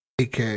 AK